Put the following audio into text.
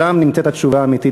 שם נמצאת התשובה האמיתית,